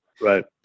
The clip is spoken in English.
Right